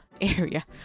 area